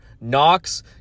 Knox